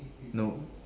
nope